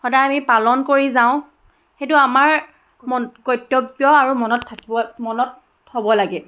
সদায় আমি পালন কৰি যাওঁ সেইটো আমাৰ মন কৰ্তব্য আৰু মনত থাকিব মনত থ'ব লাগে